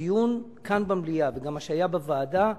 הדיון כאן במליאה, וגם מה שהיה בוועדה,